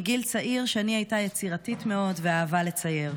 מגיל צעיר שני הייתה יצירתית מאוד ואהבה לצייר.